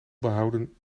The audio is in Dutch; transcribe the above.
behouden